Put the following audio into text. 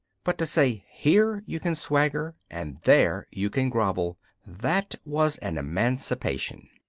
but to say, here you can swagger and there you can grovel that was an emancipation.